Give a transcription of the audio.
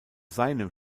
seinem